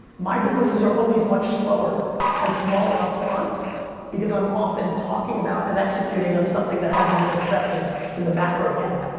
my businesses are always much slower and smaller upfront because i'm often talking about and executing on something that hasn't been accepted in the macro yet.